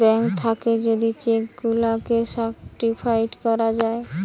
bank থাকে যদি cheque গুলাকে সার্টিফাইড করা যায়